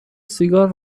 سیگار